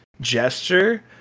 Gesture